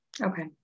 Okay